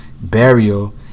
burial